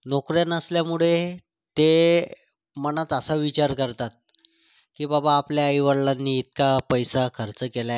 नोकऱ्या नसल्यामुळे ते मनात असा विचार करतात की बाबा आपल्या आईवडिलांनी इतका पैसा खर्च केला आहे आपल्या शिक्षणावर